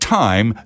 time